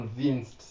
convinced